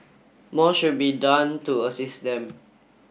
more should be done to assist them